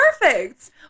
perfect